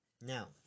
Now